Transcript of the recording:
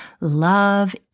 love